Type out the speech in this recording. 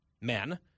men